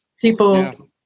People